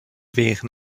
wären